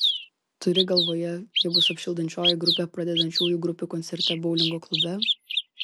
turi galvoje jie bus apšildančioji grupė pradedančiųjų grupių koncerte boulingo klube